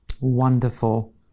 wonderful